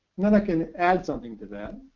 and then i can add something to that.